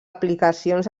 aplicacions